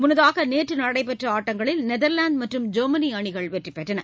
முன்னதாக நேற்று நடைபெற்ற ஆட்டங்களில் நெதா்லாந்து மற்றும் ஜெர்மனி அணிகள் வெற்றி பெற்றன